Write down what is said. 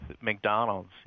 McDonald's